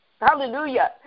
hallelujah